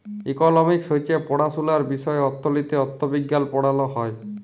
economics হছে পড়াশুলার বিষয় অথ্থলিতি, অথ্থবিজ্ঞাল পড়াল হ্যয়